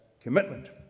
commitment